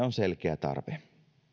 on selkeä tarve